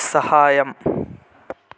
సహాయం